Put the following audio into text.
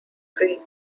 free